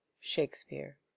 shakespeare